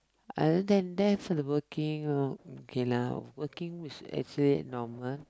other than that for the working uh okay lah working is actually normal